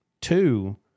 Two